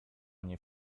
mnie